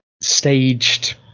staged